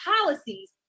policies